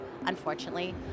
unfortunately